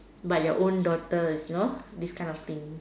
but your own daughter is you know this kind of thing